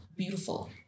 Beautiful